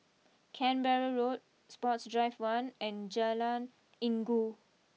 Canberra Road Sports Drive one and Jalan Inggu